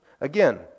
Again